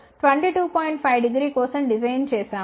50 కోసం డిజైన్ చేశాము